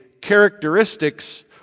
characteristics